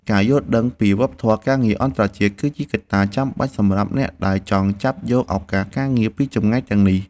ការយល់ដឹងពីវប្បធម៌ការងារអន្តរជាតិ គឺជាកត្តាចាំបាច់សម្រាប់អ្នកដែលចង់ចាប់យកឱកាសការងារពីចម្ងាយទាំងនេះ។